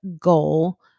goal